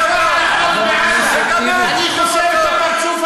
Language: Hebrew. הפציצו חוף, הרגו ארבעה ילדים, לכל ילד יש שם,